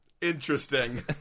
interesting